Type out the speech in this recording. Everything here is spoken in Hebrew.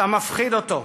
אתה מפחיד אותו.